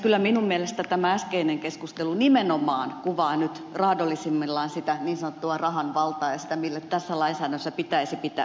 kyllä minun mielestäni tämä äskeinen keskustelu nimenomaan kuvaa nyt raadollisimmillaan sitä niin sanottua rahan valtaa ja sitä mille tässä lainsäädännössä pitäisi pistää stoppi